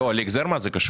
זה קשור להחזר מס.